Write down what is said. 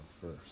first